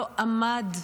לא עמד,